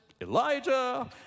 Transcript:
Elijah